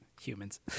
humans